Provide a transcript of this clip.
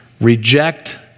Reject